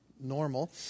normal